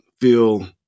feel